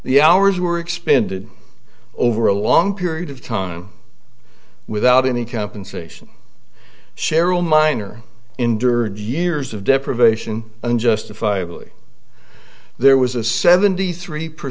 the hours were expended over a long period of time without any compensation cheryl minor endured years of deprivation and justifiably there was a seventy three per